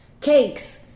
cakes